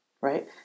right